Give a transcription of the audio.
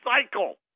cycle